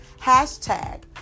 Hashtag